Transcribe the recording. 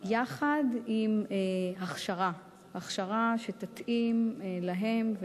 יחד עם הכשרה, הכשרה שתתאים להן.